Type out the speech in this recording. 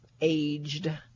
aged